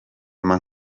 eman